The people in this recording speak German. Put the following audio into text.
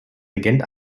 regent